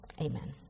amen